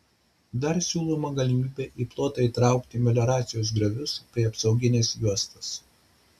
dar siūloma galimybė į plotą įtraukti melioracijos griovius bei apsaugines juostas